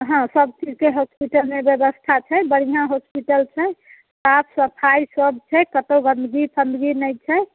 हँ सब चीजके होस्पिटलमे व्यवस्था छै बढ़िआँ होस्पिटल छै साफ सफाइ सब छै कतहुँ गन्दगी फंदगी नहि छै